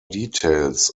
details